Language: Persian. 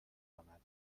آمد